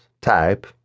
type